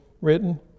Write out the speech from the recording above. written